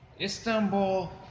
Istanbul